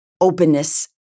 openness